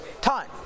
time